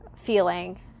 feeling